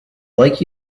like